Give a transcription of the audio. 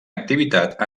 activitat